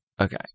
Okay